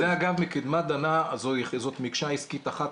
זה אגב מקדמת דנא, מקשה עסקית אחת.